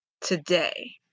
today